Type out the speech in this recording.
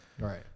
right